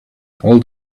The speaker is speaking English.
all